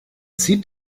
zieht